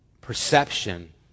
perception